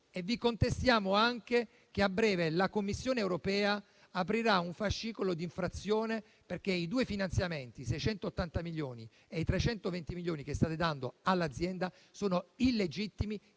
e il fatto che a breve la Commissione europea aprirà un fascicolo di infrazione, perché i due finanziamenti (di 680 milioni e 320 milioni) che state dando all'azienda sono illegittimi,